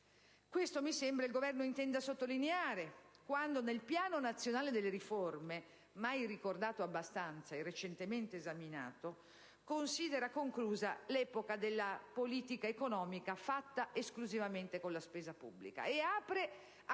Questo mi sembra il Governo intenda sottolineare quando, nel Piano nazionale delle riforme, mai ricordato abbastanza e recentemente esaminato, considera conclusa l'epoca della politica economica fatta esclusivamente con la spesa pubblica e apre a quella